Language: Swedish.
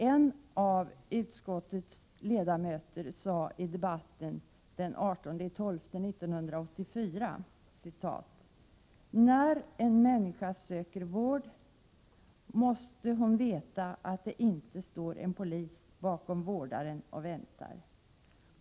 En av utskottets ledamöter sade i debatten den 18 december 1984: ”När en människa söker vård måste hon veta att det inte står en polis bakom vårdaren och väntar.